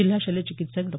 जिल्हा शल्यचिकित्सक डॉ